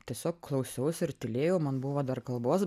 tiesiog klausiausi ir tylėjau man buvo dar kalbos